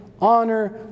honor